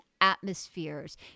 atmospheres